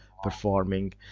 Performing